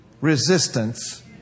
resistance